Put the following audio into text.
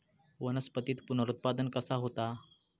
वनस्पतीत पुनरुत्पादन कसा होता?